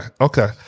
Okay